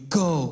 go